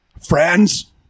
Friends